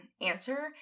answer